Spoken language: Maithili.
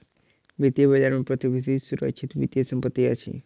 वित्तीय बजार में प्रतिभूति सुरक्षित वित्तीय संपत्ति अछि